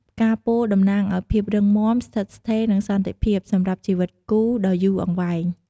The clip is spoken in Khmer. ផ្កាពោធិ៍ តំណាងអោយ ភាពរឹងមាំ ស្ថិតស្ថេរ និងសន្តិភាព សម្រាប់ជីវិតគូដ៏យូរអង្វែង។